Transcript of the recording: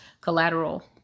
collateral